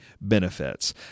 benefits